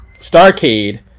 Starcade